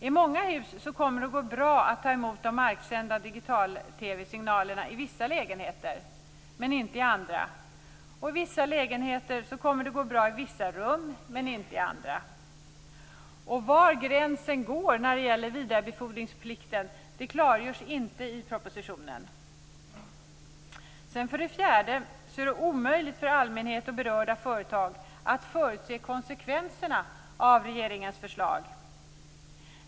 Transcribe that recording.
I många hus kommer det att gå bra att ta emot de marksända digital-TV-signalerna i vissa lägenheter, men inte i andra. I vissa lägenheter kommer det att gå bra i vissa rum, men inte i andra. Var gränsen går när det gäller vidarebefordringsplikten klargörs inte i propositionen. För det fjärde är det omöjligt för allmänhet och berörda företag att förutse konsekvenserna av regeringens förslag.